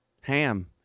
ham